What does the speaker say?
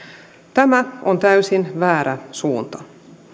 tämä on täysin väärä suunta